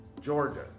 Georgia